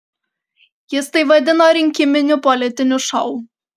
jis tai vadino rinkiminiu politiniu šou